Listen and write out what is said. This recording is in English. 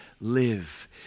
live